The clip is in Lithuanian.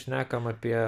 šnekam apie